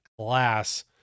class